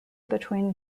between